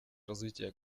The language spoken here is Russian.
развитие